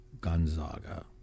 Gonzaga